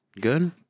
Good